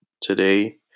today